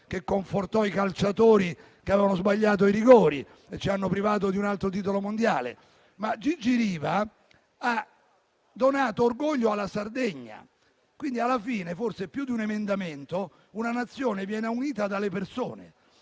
che confortò i calciatori che avevano sbagliato i rigori e ci hanno privato di un altro titolo mondiale. Gigi Riva ha donato orgoglio alla Sardegna. Alla fine, forse, più di un emendamento, una Nazione viene unita dalle persone.